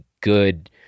good